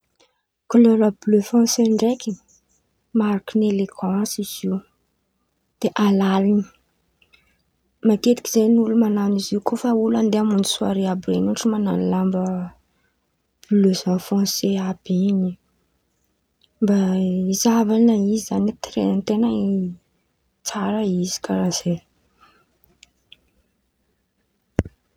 Kolera blie fônse ndraiky, mariky ny elegansy izy io, de alalin̈y. Matetiky zen̈y olo man̈ano izy io kô fa olo andeha hamonjy soare àby ren̈y ôhatra man̈ano lamba blie fônse àby in̈y mba izahavan̈a izy zan̈y, tire an-ten̈a in̈y tsara izy karàha zen̈y.